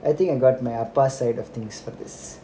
I think I got my ah pa side of things for this